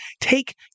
take